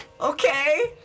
okay